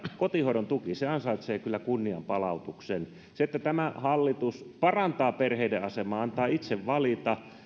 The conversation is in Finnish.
kotihoidon tuki ansaitsee kyllä kunnianpalautuksen tämä hallitus parantaa perheiden asemaa antaa niiden itse valita